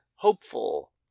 hopeful